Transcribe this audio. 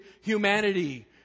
humanity